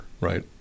right